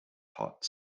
hot